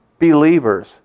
believers